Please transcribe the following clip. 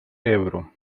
ebro